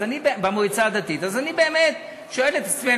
אז אני במועצה הדתית ואני באמת שואל את עצמי,